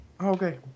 Okay